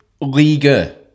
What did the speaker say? Liga